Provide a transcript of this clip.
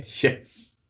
Yes